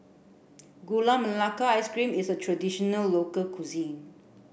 Gula Melaka Ice Cream is a traditional local cuisine